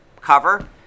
cover